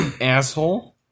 Asshole